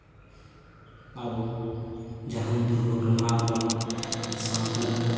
ᱟᱵᱚ ᱡᱟᱦᱟᱱ ᱫᱩᱨᱜᱷᱚᱴᱚᱱᱟ ᱟᱨ ᱵᱟᱝ ᱥᱟᱶᱛᱟ ᱨᱮᱱᱟᱜ